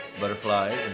Butterflies